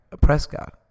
Prescott